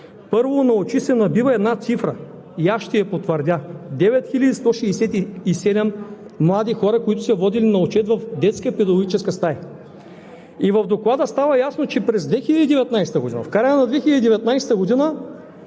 Първо на очи се набива една цифра и аз ще я потвърдя: 9167 млади хора, които са водени на отчет в детска педагогическа стая. В Доклада става ясно, че в края на 2019 г.